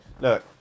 Look